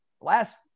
last